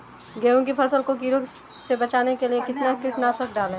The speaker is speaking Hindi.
गेहूँ की फसल को कीड़ों से बचाने के लिए कितना कीटनाशक डालें?